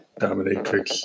dominatrix